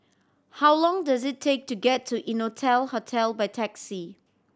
how long does it take to get to Innotel Hotel by taxi